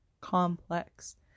complex